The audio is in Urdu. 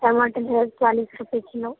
ٹماٹر جو ہے چالیس روپے کلو